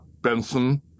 Benson